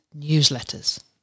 newsletters